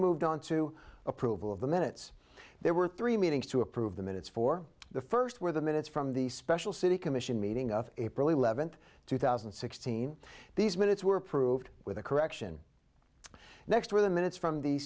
moved on to approval of the minutes there were three meetings to approve the minutes for the first where the minutes from the special city commission meeting of april eleventh two thousand and sixteen these minutes were approved with a correction next where the minutes from the